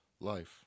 life